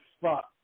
spot